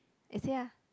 eh say ah